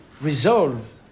resolve